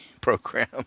program